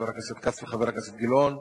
חבר הכנסת כץ וחבר הכנסת גילאון.